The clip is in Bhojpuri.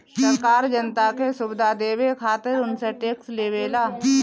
सरकार जनता के सुविधा देवे खातिर उनसे टेक्स लेवेला